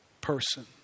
person